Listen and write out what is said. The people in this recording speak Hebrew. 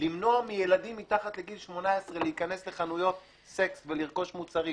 למנוע מילדים מתחת לגיל 18 להיכנס לחנויות סקס ולרכוש מוצרים